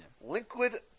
Liquid